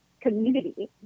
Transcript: community